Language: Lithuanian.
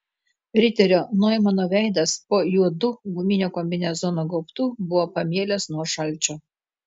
riterio noimano veidas po juodu guminio kombinezono gaubtu buvo pamėlęs nuo šalčio